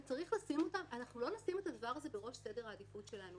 אנחנו לא נשים את הדבר הזה בראש סדר העדיפות שלנו.